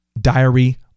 diary